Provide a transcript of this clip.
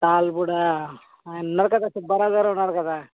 తాళ్ళపూడా అయన ఉన్నారు కదా సుబ్బారావు గారు ఉన్నారు కదా